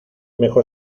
mejor